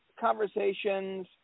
conversations